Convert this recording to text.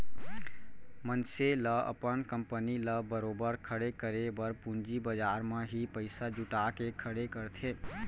मनसे ल अपन कंपनी ल बरोबर खड़े करे बर पूंजी बजार म ही पइसा जुटा के खड़े करथे